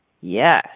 Yes